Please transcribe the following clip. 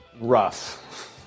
Rough